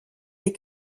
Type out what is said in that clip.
les